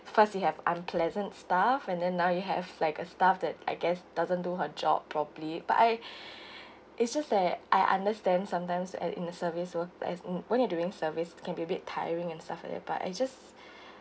first you have unpleasant staff and then now you have like a staff that I guess doesn't do her job properly but I it's just that I understand sometimes like in the service work as in when you're doing service it can be a bit tiring and stuff like that but I just